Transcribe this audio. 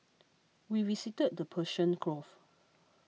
we visited the Persian Gulf